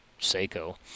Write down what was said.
Seiko